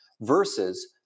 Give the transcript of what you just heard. versus